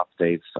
updates